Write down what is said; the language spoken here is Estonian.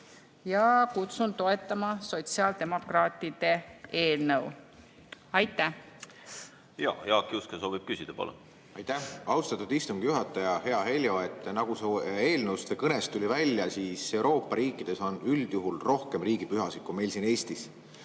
Kutsun toetama sotsiaaldemokraatide eelnõu. Aitäh! Jaak Juske soovib küsida. Palun! Aitäh, austatud istungi juhataja! Hea Heljo! Nagu eelnõust ja kõnest välja tuli, teistes Euroopa riikides on üldjuhul rohkem riigipühasid kui meil siin Eestis.